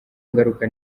ngaruka